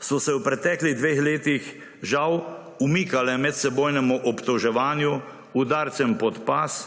so se v preteklih dveh letih žal umikale medsebojnemu obtoževanju, udarcem pod pas,